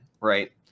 right